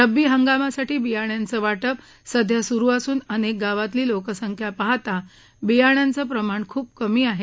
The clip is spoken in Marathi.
रब्बी हंगामासाठी बियाण्याचं वाटप सध्या सुरु असून अनेक गावातली लोकसंख्या पाहता वियाण्यांचं प्रमाण खूप कमी आहे